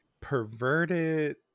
perverted